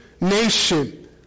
nation